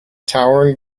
towering